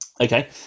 Okay